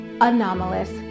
Anomalous